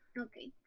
Okay